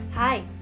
Hi